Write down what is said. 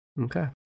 Okay